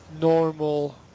normal